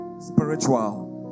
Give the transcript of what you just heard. spiritual